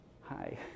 hi